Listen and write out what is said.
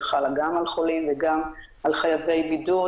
שחלה גם על חולים וגם על חייבי בידוד,